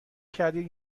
کردید